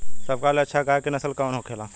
सबका ले अच्छा गाय के नस्ल कवन होखेला?